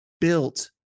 built